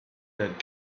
that